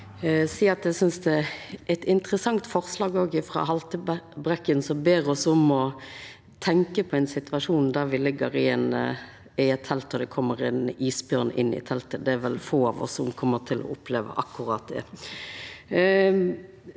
eg synest det er eit interessant forslag frå Haltbrekken, som ber oss om å tenkja på ein situasjon der me ligg i telt og det kjem ein isbjørn inn i teltet. Det er vel få av oss som kjem til å oppleva akkurat det.